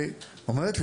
והיא אומרת,